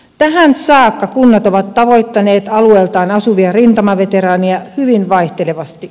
tähän saakka kunnat ovat tavoittaneet alueellaan asuvia rintamaveteraaneja hyvin vaihtelevasti